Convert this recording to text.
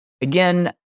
again